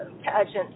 pageant